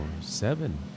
seven